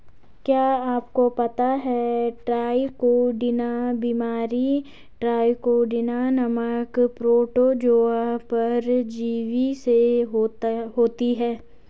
क्या आपको पता है ट्राइकोडीना बीमारी ट्राइकोडीना नामक प्रोटोजोआ परजीवी से होती है?